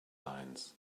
lines